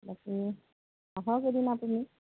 বাকী আহক এদিন আপুনি